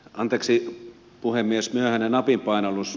anteeksi puhemies myöhäinen napin painallus